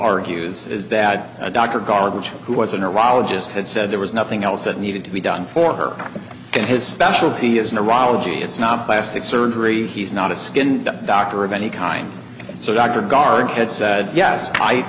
argues is that a doctor garbage who was a neurologist had said there was nothing else that needed to be done for her and his specialty is neurology it's not plastic surgery he's not a skin doctor of any kind so dr guard had said yes